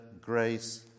grace